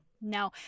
no